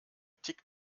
tickt